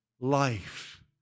life